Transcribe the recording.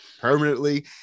permanently